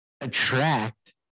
attract